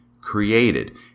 created